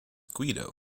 guido